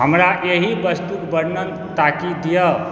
हमरा एहि वस्तुके वर्णन ताकि दिअ